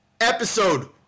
episode